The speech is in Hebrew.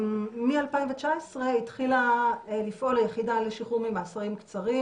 מ-2019 התחילה לפעול היחידה לשחרור ממאסרים קצרים,